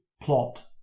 plot